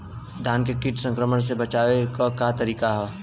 धान के कीट संक्रमण से बचावे क का तरीका ह?